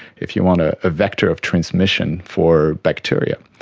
if you want, a ah vector of transmission for bacteria.